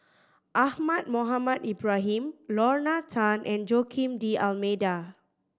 Ahmad Mohamed Ibrahim Lorna Tan and Joaquim D'Almeida